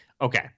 Okay